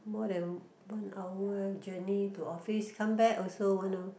more than one hour journey to office come back also one hour